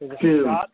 two